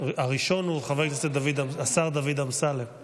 הראשון הוא חבר הכנסת השר דוד אמסלם,